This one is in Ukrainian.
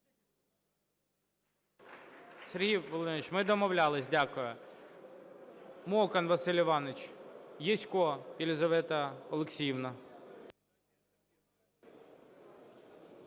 Сергій Володимирович, ми домовлялися. Дякую. Мокан Василь Іванович. Ясько Єлизавета Олексіївна.